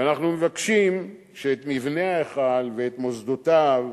ואנחנו מבקשים שאת מבנה ההיכל ואת מוסדותיו,